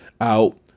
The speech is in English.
out